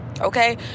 okay